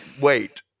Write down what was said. Wait